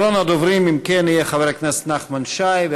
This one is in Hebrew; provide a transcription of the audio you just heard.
אחרון הדוברים יהיה חבר הכנסת נחמן שי,